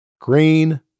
green